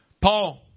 Paul